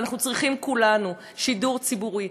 ואנחנו צריכים כולנו שידור ציבורי.